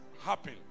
happen